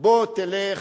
בוא תלך